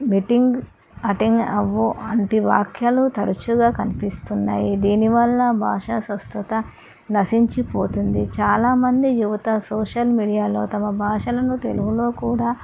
meeting attend అవ్వు వంటి వాక్యాలు తరచుగా కనిపిస్తున్నాయి దీనివల్ల భాష స్పష్టత నశించిపోతుంది చాలామంది యువత సోషల్ మీడియాలో తమ భాషలను తెలుగులో కూడా